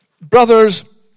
Brothers